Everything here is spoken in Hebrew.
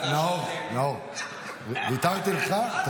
נמוך, מתחת לזה זה.